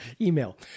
email